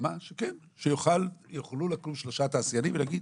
ברמה שכן - יוכלו לקום שלושה תעשיינים ולהגיד